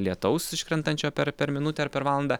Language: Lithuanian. lietaus iškrentančio per per minutę ar per valandą